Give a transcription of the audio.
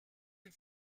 une